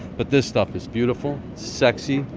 but this stuff is beautiful, sexy,